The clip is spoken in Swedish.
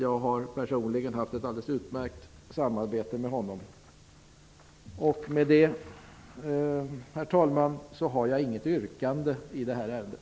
Jag har personligen haft ett alldeles utmärkt samarbete med honom. Herr talman! Jag har inget yrkande i det här ärendet.